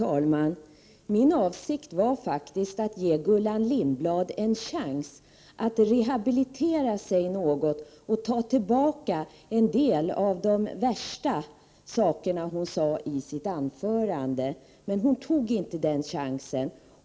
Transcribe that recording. Herr talman! Min avsikt var att ge Gullan Lindblad en chans att rehabilitera sig något och ta tillbaka en del av de värsta sakerna hon sade i sitt anförande, men hon tog inte den chansen.